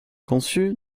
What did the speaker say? conçu